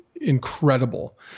incredible